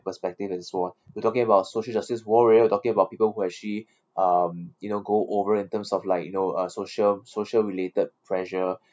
perspective and so on we're talking about social justice warrior talking about people who actually um you know go over in terms of like you know uh social social related pressure